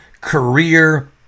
career